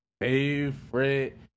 favorite